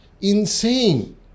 insane